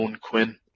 Quinn